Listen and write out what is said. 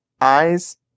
eyes